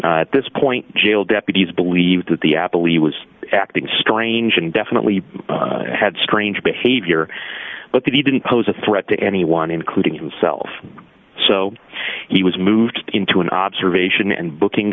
at this point jail deputies believe that the apple e was acting strange and definitely had strange behavior but that he didn't pose a threat to anyone including himself so he was moved into an observation and booking